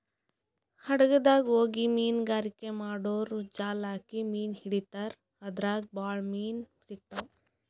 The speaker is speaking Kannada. ಹಡಗ್ದಾಗ್ ಹೋಗಿ ಮೀನ್ಗಾರಿಕೆ ಮಾಡೂರು ಜಾಲ್ ಹಾಕಿ ಮೀನ್ ಹಿಡಿತಾರ್ ಅದ್ರಾಗ್ ಭಾಳ್ ಮೀನ್ ಸಿಗ್ತಾವ್